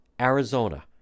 Arizona